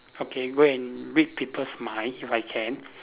okay go and read people's mind if I can